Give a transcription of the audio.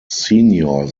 senior